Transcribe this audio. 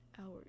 hours